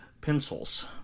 pencils